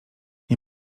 nie